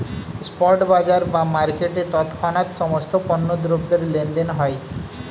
spot বাজার বা মার্কেটে তৎক্ষণাৎ সমস্ত পণ্য দ্রব্যের লেনদেন হয়